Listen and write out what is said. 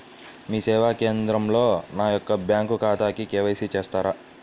మీ సేవా కేంద్రంలో నా యొక్క బ్యాంకు ఖాతాకి కే.వై.సి చేస్తారా?